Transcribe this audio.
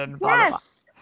Yes